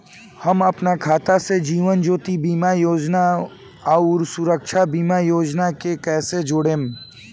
हम अपना खाता से जीवन ज्योति बीमा योजना आउर सुरक्षा बीमा योजना के कैसे जोड़म?